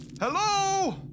Hello